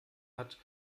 hat